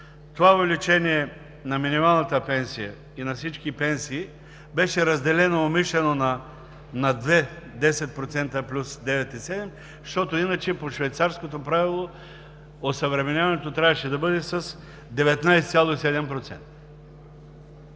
Това увеличение на минималната пенсия и на всички пенсии беше разделено умишлено на две – 10% плюс 9,7%, защото иначе по швейцарското правило осъвременяването трябваше да бъде с 19,7%.